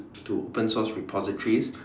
to open source repositories